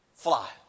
Fly